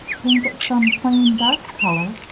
paint it some plain, dark color,